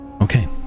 Okay